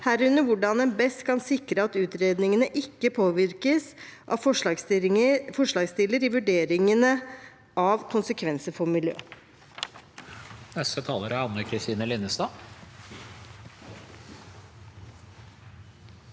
herunder hvordan en best kan sikre at utredningene ikke påvirkes av forslagsstiller i vurderingene av konsekvenser for miljøet.